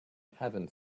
haven’t